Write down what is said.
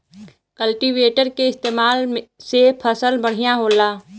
cultivator के इस्तेमाल से फसल बढ़िया होला